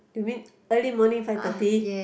you mean early morning five thirty